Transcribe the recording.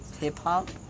hip-hop